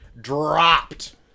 dropped